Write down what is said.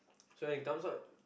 so when it comes out